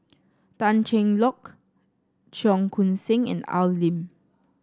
Tan Cheng Lock Cheong Koon Seng and Al Lim